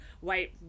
white